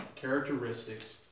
characteristics